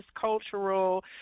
cultural